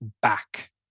back